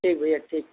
ठीक भइया ठीक